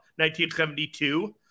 1972